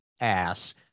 ass